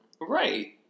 Right